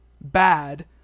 bad